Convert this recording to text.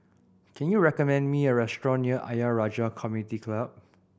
can you recommend me a restaurant near Ayer Rajah Community Club